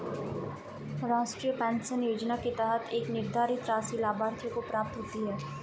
राष्ट्रीय पेंशन योजना के तहत एक निर्धारित राशि लाभार्थियों को प्राप्त होती है